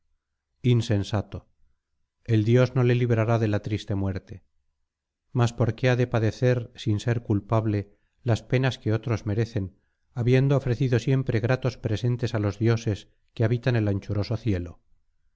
insensato el dios no le librará de la triste muerte mas por qué ha de padecer sin ser culpable las penas que otros merecen habiendo ofrecido siempre gratos presentes á los dioses que habitan el anchuroso cielo